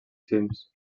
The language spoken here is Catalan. cims